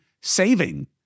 saving